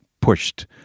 pushed